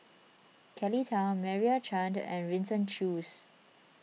Kelly Tang Meira Chand and Winston Choos